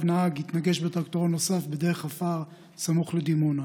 נהג התנגש בטרקטורון נוסף בדרך עפר סמוך לדימונה.